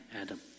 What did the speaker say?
Adam